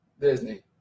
Disney